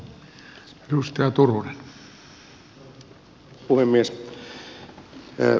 arvoisa puhemies